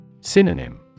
Synonym